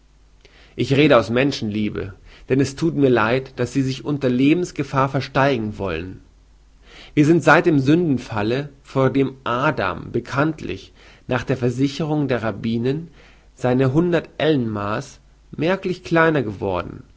ich rede aus menschenliebe denn es thut mir leid daß sie sich unter lebensgefahr versteigen wollen wir sind seit dem sündenfalle vor dem adam bekanntlich nach der versicherung der rabbinen seine hundert ellen maß merklich kleiner geworden